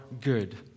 good